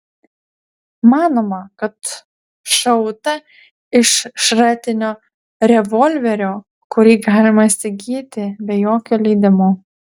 manoma kad šauta iš šratinio revolverio kurį galima įsigyti be jokio leidimo